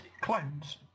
clones